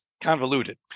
convoluted